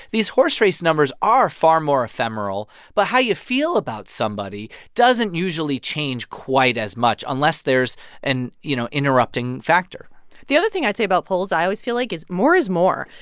these horse race numbers are far more ephemeral, but how you feel about somebody doesn't usually change quite as much, unless there's an, you know, interrupting factor the other thing i'd say about polls, i always feel like, is more is more.